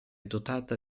dotata